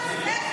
הזו.